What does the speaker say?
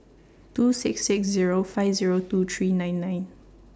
two six six Zero five Zero two three nine nine